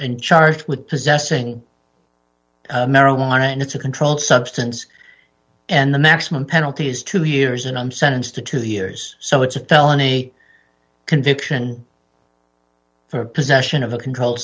and charged with possessing a marijuana and it's a controlled substance and the maximum penalty is two years and i'm sentenced to two years so it's a felony conviction for possession of a controlled